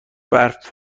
برف